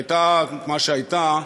שהייתה מה שהייתה,